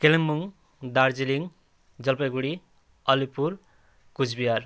Kalimpong Darjeeling Jalpaiguri Alipur Cooch Behar